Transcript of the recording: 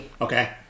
Okay